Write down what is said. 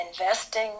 investing